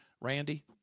Randy